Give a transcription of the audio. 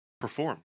perform